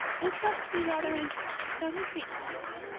it must be rather interesting, don't you think, matthew?